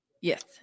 Yes